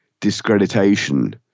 discreditation